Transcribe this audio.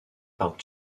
par